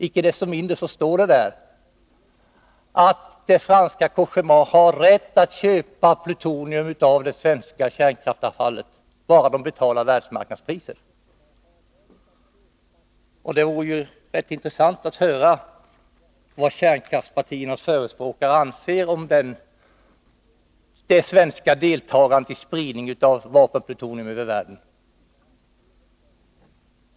Det står alltså i kontraktet att franska Cogéma har rätt att köpa plutonium från det svenska kärnkraftsavfallet, bara man betalar världsmarknadspriset. Det vore ganska intressant att höra vad de partier som förespråkar kärnkraft anser om detta svenska deltagande i spridningen av vapenplutonium över världen.